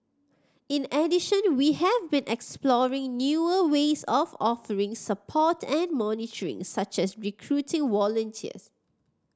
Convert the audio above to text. in addition we have been exploring newer ways of offering support and monitoring such as recruiting volunteers